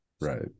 Right